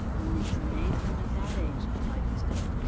and when you can amaze them at that age, life is good.